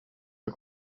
der